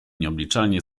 nieobliczalnie